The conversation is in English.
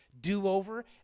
do-over